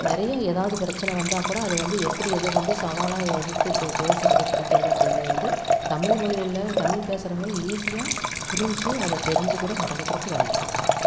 நிறைய ஏதாவது பிரச்சனை வந்தாக்கூட அதை வந்து எப்படி எதிர்கொண்டு சவாலாக எதிர்த்து பே பேசுகிறது பிடிக்கிறது அப்படிங்கிறது வந்து தமிழ்மொலியில தமிழ் பேசுகிறவங்க ஈஸியாக புரிஞ்சு அதை தெரிஞ்சுக்கூட நடந்துக்கிறதுக்கு வாய்ப்பு இருக்குது